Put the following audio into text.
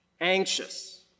anxious